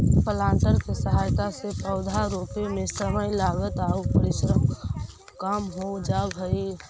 planter के सहायता से पौधा रोपे में समय, लागत आउ परिश्रम कम हो जावऽ हई